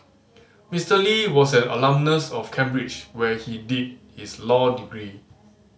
Mister Lee was an alumnus of Cambridge where he did his law degree